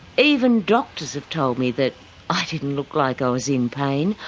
even doctors have told me that i didn't look like i was in pain.